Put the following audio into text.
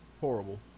Horrible